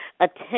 attend